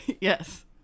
Yes